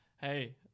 Hey